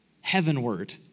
heavenward